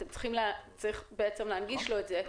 אתם צריכים להנגיש לו את זה.